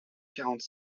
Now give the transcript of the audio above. quarante